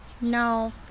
No